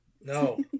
No